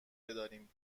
بداریم